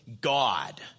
God